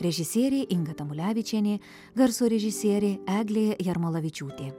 režisierė inga tamulevičienė garso režisierė eglė jarmolavičiūtė